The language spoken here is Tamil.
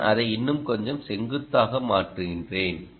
நான் அதை இன்னும் கொஞ்சம் செங்குத்தாக மாற்றுகிறேன்